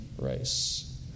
race